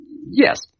Yes